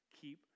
Keep